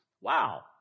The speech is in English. Wow